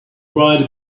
write